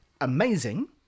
Amazing